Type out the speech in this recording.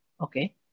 Okay